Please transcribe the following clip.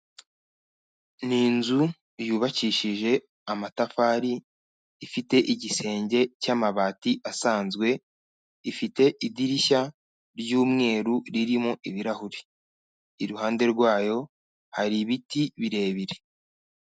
Ni inzu yubakishije amatafari ifite igisenge cy'amabati asanzwe, ifite idirishya ry'umweru ririmo ibirahure, iruhande rwayo hari ibiti birebire.